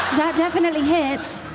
that definitely hits.